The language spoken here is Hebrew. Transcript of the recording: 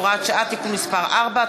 הוראת שעה) (תיקון מס' 4),